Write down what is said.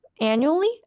annually